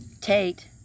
Tate